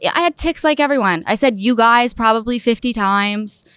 yeah i had ticks like everyone, i said, you guys probably fifty times,